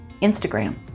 Instagram